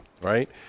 right